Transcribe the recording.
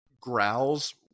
growls